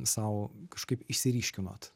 sau kažkaip išsiryškinot